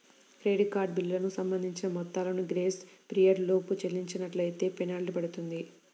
credit card బిల్లులకు సంబంధించిన మొత్తాలను గ్రేస్ పీరియడ్ లోపు చెల్లించనట్లైతే ఫెనాల్టీ పడుతుంది